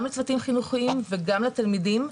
גם לצוותים חינוכיים וגם לתלמידים.